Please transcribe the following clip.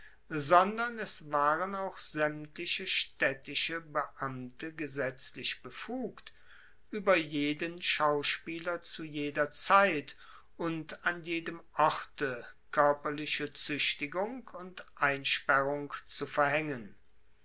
sondern es waren auch saemtliche staedtische beamte gesetzlich befugt ueber jeden schauspieler zu jeder zeit und an jedem orte koerperliche zuechtigung und einsperrung zu verhaengen